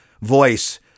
voice